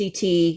CT